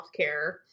healthcare